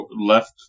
left